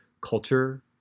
culture